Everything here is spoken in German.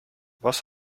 was